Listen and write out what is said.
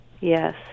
Yes